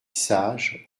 sage